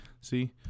See